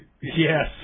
Yes